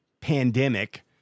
pandemic